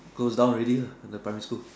close down already ah the primary school